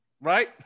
Right